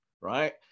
right